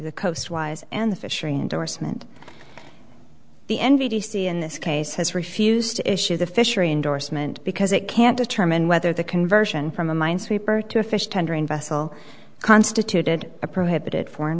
the coastwise and the fishery endorsement the n p c in this case has refused to issue the fishery endorsement because it can't determine whether the conversion from a minesweeper to a fish tendering vessel constituted a prohibited foreign